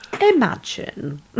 Imagine